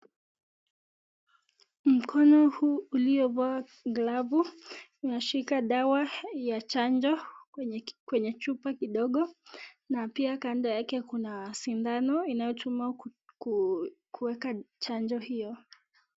Mkono huu iliyovaa glovu inashika dawa ya chanjo kwenye chupa kidogo na pia kando yake kuna sindano inayochuma kuweka chanjo hiyo.